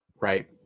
Right